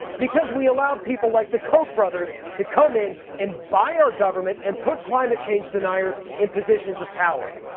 because we allow people like the koch brothers to come in and buy our government and put climate change deniers in positions of power.